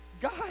God